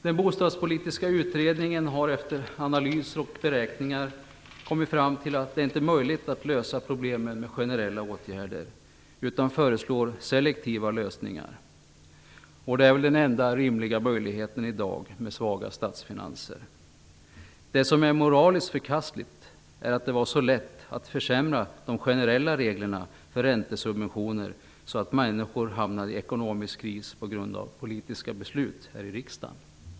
Den bostadspolitiska utredningen har efter analyser och beräkningar kommit fram till att det inte är möjligt att lösa problemen med generella åtgärder. Utredningen föreslår i stället selektiva lösningar. Det är den enda rimliga möjligheten med dagens svaga statsfinanser. Vad som är moraliskt förkastligt är att det var så lätt att försämra de generella reglerna för räntesubventioner så att människor hamnade i ekonomisk kris på grund av politiska beslut här i riksdagen.